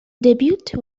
debut